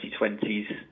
2020s